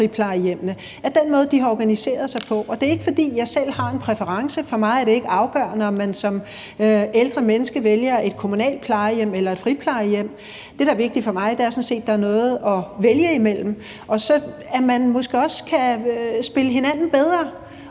friplejehjemmene og af den måde, de har organiseret sig på. Det er ikke, fordi jeg selv har en præference. For mig er det ikke afgørende, om man som ældre menneske vælger et kommunalt plejehjem eller et friplejehjem. Det, der er vigtigt for mig, er sådan set, at der er noget at vælge imellem, og at man måske også kan spille bedre